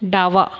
डावा